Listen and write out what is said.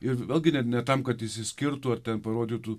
ir vėlgi ne ne tam kad išsiskirtų ar parodytų